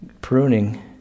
pruning